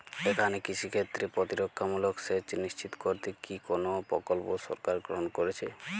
এখানে কৃষিক্ষেত্রে প্রতিরক্ষামূলক সেচ নিশ্চিত করতে কি কোনো প্রকল্প সরকার গ্রহন করেছে?